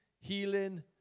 healing